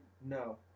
No